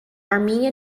armenia